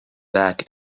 back